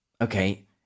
okay